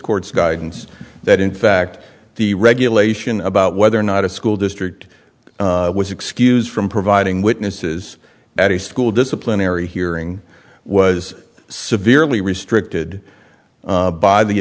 court's guidance that in fact the regulation about whether or not a school district was excused from providing witnesses at the school disciplinary hearing was severely restricted by the